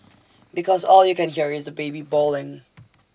because all you can hear is the baby bawling